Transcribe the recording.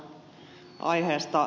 hautalan aiheesta